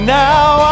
now